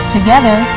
Together